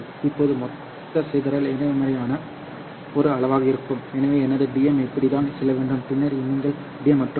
இப்போது மொத்த சிதறல் நேர்மறையான ஒரு அளவாக இருக்கும் எனவே எனது Dm இப்படித்தான் செல்ல வேண்டும் பின்னர் நீங்கள் Dm மற்றும் Dw